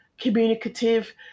communicative